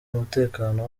umutekano